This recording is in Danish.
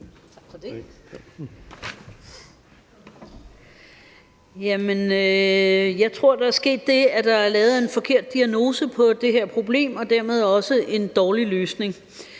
Jeg tror, der er sket det, at der er lavet en forkert diagnose på det her problem og dermed også en dårlig løsning.